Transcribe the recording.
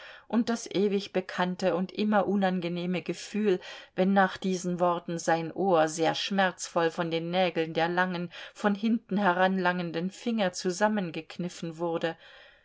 und das ewig bekannte und immer unangenehme gefühl wenn nach diesen worten sein ohr sehr schmerzvoll von den nägeln der langen von hinten heranlangenden finger zusammengekniffen wurde